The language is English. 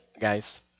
guys